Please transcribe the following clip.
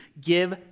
give